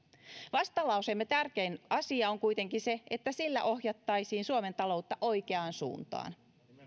vastalauseemme tärkein asia on kuitenkin se että sillä ohjattaisiin suomen taloutta oikeaan suuntaan